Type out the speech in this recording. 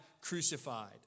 crucified